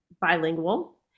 bilingual